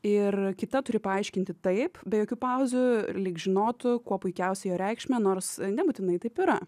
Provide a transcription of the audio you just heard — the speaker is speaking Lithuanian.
ir kita turi paaiškinti taip be jokių pauzių lyg žinotų kuo puikiausią jo reikšmę nors nebūtinai taip yra